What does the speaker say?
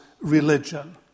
religion